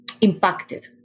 impacted